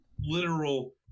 literal